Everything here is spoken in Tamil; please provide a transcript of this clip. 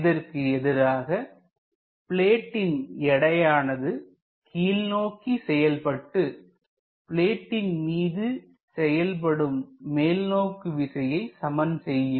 இதற்கு எதிராக பிளேடிட்ன் எடையானது கீழ்நோக்கி செயல்பட்டு பிளேடிட்ன் மீது செயல்படும் மேல்நோக்கு விசையை சமன் செய்யும்